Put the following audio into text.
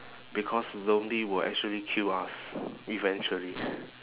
because zombie will actually kill us eventually